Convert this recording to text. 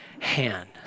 hand